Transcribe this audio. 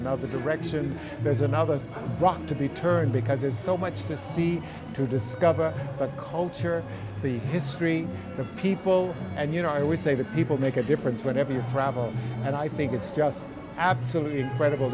another direction there's another wrong to be turned because there's so much to see to cover the culture the history of people and you know i would say that people make a difference whatever your problem and i think it's just absolutely incredible